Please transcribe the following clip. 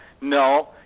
No